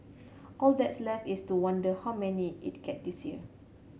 all that's left is to wonder how many it get this year